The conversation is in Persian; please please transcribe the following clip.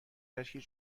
تشکیل